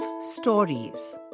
Stories